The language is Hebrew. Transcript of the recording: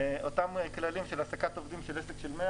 אותם כללים של העסקת עובדים של עסק של 100